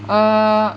err